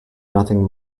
nothing